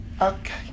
Okay